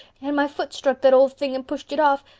and my foot struck that old thing and pushed it off.